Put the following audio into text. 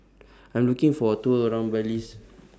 I'm looking For A Tour around Belize